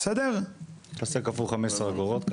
תעשה כפול 15 אגורות כמה?